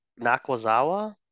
Nakazawa